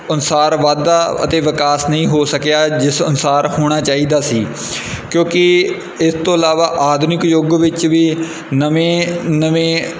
ਅਨੁਸਾਰ ਵਾਧਾ ਅਤੇ ਵਿਕਾਸ ਨਹੀਂ ਹੋ ਸਕਿਆ ਜਿਸ ਅਨੁਸਾਰ ਹੋਣਾ ਚਾਹੀਦਾ ਸੀ ਕਿਉਂਕਿ ਇਸ ਤੋਂ ਇਲਾਵਾ ਆਧੁਨਿਕ ਯੁੱਗ ਵਿੱਚ ਵੀ ਨਵੇਂ ਨਵੇਂ